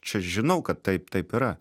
čia žinau kad taip taip yra